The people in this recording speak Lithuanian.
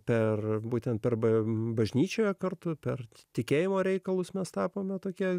per būtent arba bažnyčioje kartu per tikėjimo reikalus mes tapome tokie